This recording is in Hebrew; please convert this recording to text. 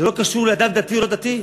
זה לא קשור לאדם דתי או לא דתי,